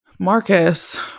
Marcus